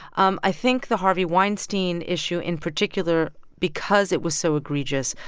um i think the harvey weinstein issue in particular because it was so egregious,